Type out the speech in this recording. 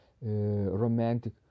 romantic